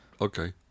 okay